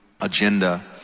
agenda